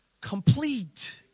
complete